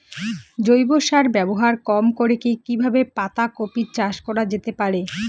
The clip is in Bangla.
জৈব সার ব্যবহার কম করে কি কিভাবে পাতা কপি চাষ করা যেতে পারে?